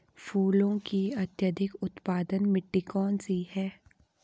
फूलों की अत्यधिक उत्पादन मिट्टी कौन सी है?